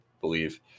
believe